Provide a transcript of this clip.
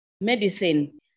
medicine